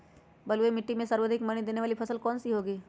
बलुई मिट्टी में सर्वाधिक मनी देने वाली फसल कौन सी होंगी?